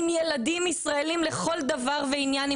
עם ילדים ישראלים לכל דבר ועניין,